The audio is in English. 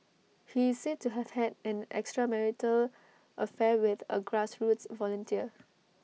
he said to have had an extramarital affair with A grassroots volunteer